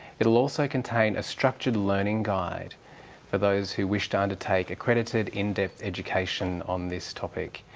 it'll also contain a structured learning guide for those who wish to undertake accredited, in-depth education on this topic.